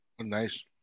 Nice